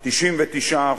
99%,